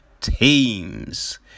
teams